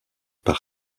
par